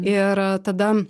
ir tada